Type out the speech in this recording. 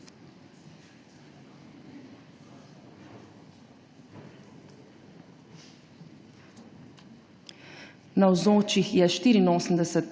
Navzočih je 84